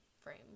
frame